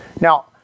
Now